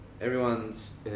everyone's